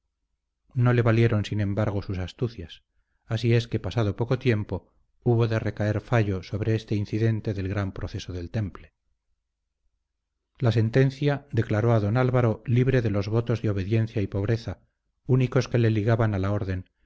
no le valieron sin embargo sus astucias así es que pasado poco tiempo hubo de recaer fallo sobre este incidente del gran proceso del temple la sentencia declaró a don álvaro libre de los votos de obediencia y pobreza únicos que le ligaban a la orden